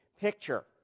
picture